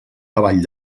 cavall